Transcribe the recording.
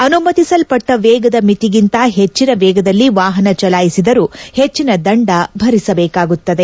ಅನುಮತಿಸಲ್ಪಟ್ಲ ವೇಗದ ಮಿತಿಗಿಂತ ಹೆಚ್ಚಿನ ವೇಗದಲ್ಲಿ ವಾಹನ ಚಲಾಯಿಸಿದರೂ ಹೆಚ್ಚಿನ ದಂಡ ಭರಿಸಬೇಕಾಗುತ್ತದೆ